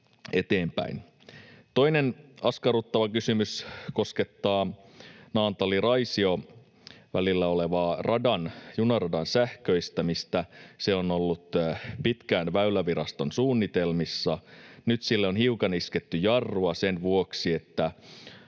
eteenpäin. Toinen askarruttava kysymys koskettaa Naantali—Raisio‑välillä olevaa junaradan sähköistämistä. Se on ollut pitkään Väyläviraston suunnitelmissa. Nyt sille on hiukan isketty jarrua sen vuoksi, että